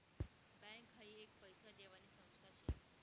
bank हाई एक पैसा देवानी संस्था शे